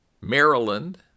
Maryland